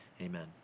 Amen